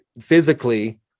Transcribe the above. physically